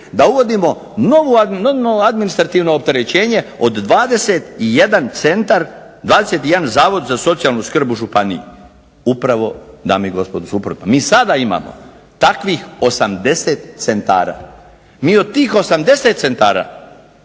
da uvodimo novo administrativno opterećenje od 21 centar, 21 zavod za socijalnu skrb u županiji, upravo dame i gospodo suprotno. Mi sada imamo takvih 80 centara. Mi od tih 80 centara